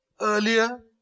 Earlier